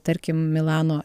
tarkim milano